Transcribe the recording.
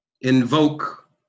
invoke